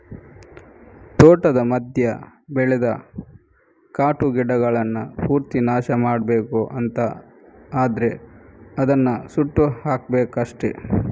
ತೋಟದ ಮಧ್ಯ ಬೆಳೆದ ಕಾಟು ಗಿಡಗಳನ್ನ ಪೂರ್ತಿ ನಾಶ ಮಾಡ್ಬೇಕು ಅಂತ ಆದ್ರೆ ಅದನ್ನ ಸುಟ್ಟು ಹಾಕ್ಬೇಕಷ್ಟೆ